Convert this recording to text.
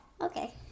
okay